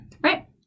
right